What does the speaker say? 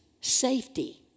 safety